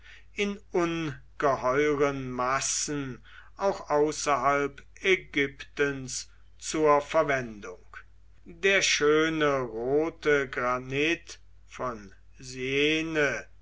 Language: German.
in ungeheuren massen auch außerhalb ägyptens zur verwendung der schöne rote granit von syene